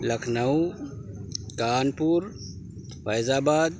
لکھنؤ کانپور فیض آباد